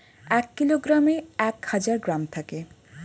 এক কিলোগ্রামে এক হাজার গ্রাম থাকে